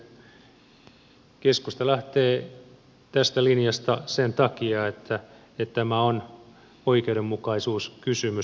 keskusta lähtee tästä linjasta sen takia että tämä on oikeudenmukaisuuskysymys